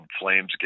Flames